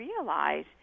realize